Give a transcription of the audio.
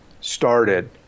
started